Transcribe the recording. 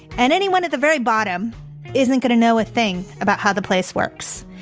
and anyone at the very bottom isn't going to know a thing about how the place works.